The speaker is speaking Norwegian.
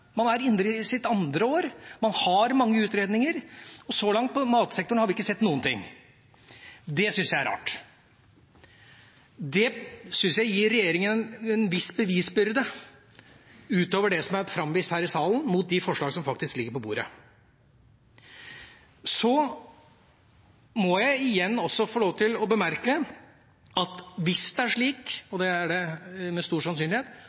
Man er inne i sitt andre år, man har mange utredninger, og så langt på matsektoren har vi ikke sett noen ting. Det syns jeg er rart. Det syns jeg gir regjeringa en viss bevisbyrde utover det som har vært framvist her i salen mot de forslagene som faktisk ligger på bordet. Jeg må igjen også få bemerke at hvis det er slik – og det er det med stor sannsynlighet